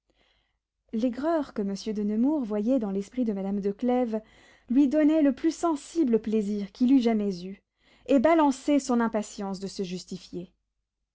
l'aigreur que monsieur de nemours voyait dans l'esprit de madame de clèves lui donnait le plus sensible plaisir qu'il eût jamais eu et balançait son impatience de se justifier